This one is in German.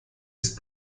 ist